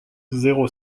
zéro